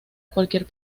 cualquier